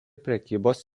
prekybos